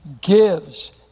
gives